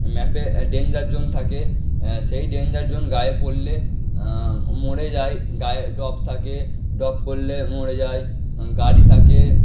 ম্যাপে danger zone থাকে সেই ডেঞ্জার জোন গায়ে পরলে মরে যায় গায়ে ড্রপ থাকে ড্রপ করলে মরে যায় গাড়ি থাকে